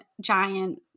giant